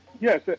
Yes